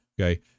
Okay